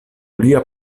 lia